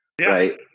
Right